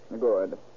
Good